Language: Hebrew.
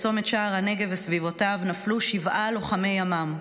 בצומת שער הנגב וסביבותיו נפלו שבעה לוחמי ימ"מ.